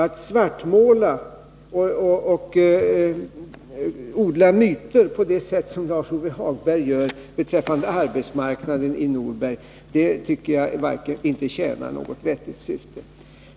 Att svartmåla och odla myter på det sätt som Lars-Ove Hagberg gör när det gäller arbetsmarknaden i Norberg tycker jag verkligen inte tjänar något vettigt syfte.